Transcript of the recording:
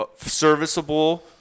serviceable –